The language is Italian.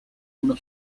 una